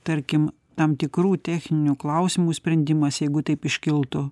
tarkim tam tikrų techninių klausimų sprendimas jeigu taip iškiltų